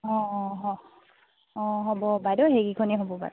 অঁ অঁ হ অঁ হ'ব বাইদেউ সেইকেইখনেই হ'ব বাৰু